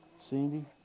Cindy